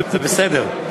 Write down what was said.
זה בסדר.